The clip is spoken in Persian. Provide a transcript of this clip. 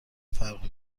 فرقی